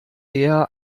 eher